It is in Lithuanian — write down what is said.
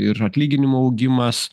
ir atlyginimų augimas